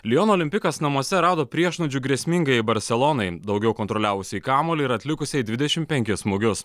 liono olimpikas namuose rado priešnuodžių grėsmingai barselonai daugiau kontroliavusiai kamuolį ir atlikusiai dvidešimt penkis smūgius